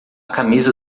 camisa